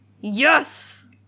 Yes